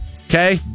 Okay